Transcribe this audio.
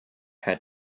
had